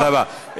תודה רבה.